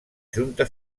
junta